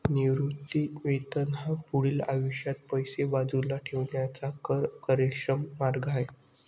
निवृत्ती वेतन हा पुढील आयुष्यात पैसे बाजूला ठेवण्याचा कर कार्यक्षम मार्ग आहे